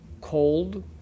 cold